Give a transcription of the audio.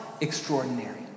extraordinary